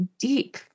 deep